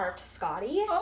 Scotty